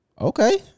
Okay